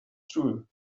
through